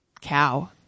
cow